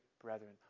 brethren